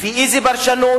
לפי איזו פרשנות?